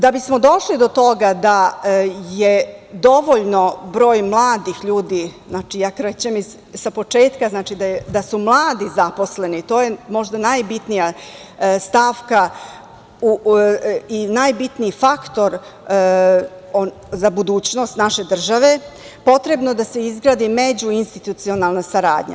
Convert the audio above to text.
Da bismo došli do toga da je dovoljno broj mladih ljudi, znači, ja krećem sa početka, znači da su mladi zaposleni, to je možda najbitnija stavka i najbitniji faktor za budućnost naše države, potrebno da se izgradi među institucionalna saradnja.